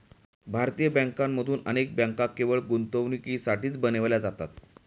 भारतीय बँकांमधून अनेक बँका केवळ गुंतवणुकीसाठीच बनविल्या जातात